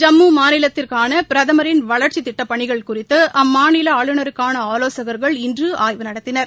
ஜம்மு மாநிலத்திற்கான பிரதமரின் வளர்ச்சி திட்டப்பணிகள் குறித்து அம்மாநில ஆளுநருக்கான ஆலோசகர்கள் இன்று ஆய்வு நடத்தினர்